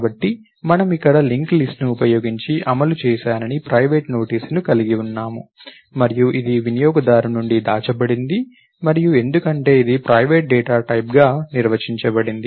కాబట్టి మనము ఇక్కడ లింక్ లిస్ట్ ను ఉపయోగించి అమలు చేసానని ప్రైవేట్ నోటీసుని కలిగి ఉన్నాము మరియు ఇది వినియోగదారు నుండి దాచబడింది మరియు ఎందుకంటే ఇది ప్రైవేట్ డేటా టైప్ గా నిర్వచించబడింది